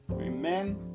Amen